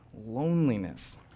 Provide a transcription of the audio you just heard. loneliness